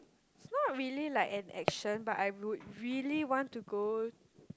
it's not really like an action but I would really want to go